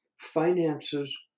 finances